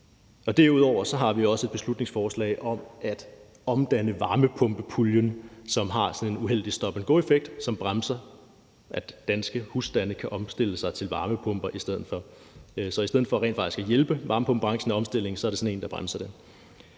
Derudover har vi også et beslutningsforslag om at omdanne varmepumpepuljen, som har en uheldig stop and go-effekt, som bremser, at danske husstande kan omstille sig til varmepumper. Så i stedet for rent faktisk at hjælpe varmepumpebranchen i omstillingen er det sådan noget, der bremser det.